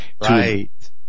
Right